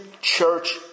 church